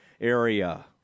area